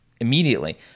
immediately